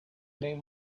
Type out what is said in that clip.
name